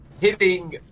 hitting